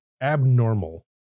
abnormal